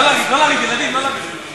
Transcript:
לא לריב, לא לריב, ילדים, לא לריב.